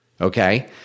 Okay